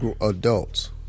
adults